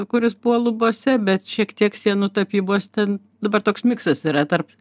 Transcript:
kuris buvo lubose bet šiek tiek sienų tapybos ten dabar toks miksas yra tarp